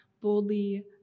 boldly